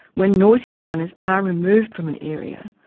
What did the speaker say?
when noisy miners are removed from an area,